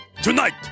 Tonight